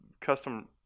custom